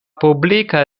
publika